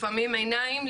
לפעמים עיניים,